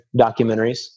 documentaries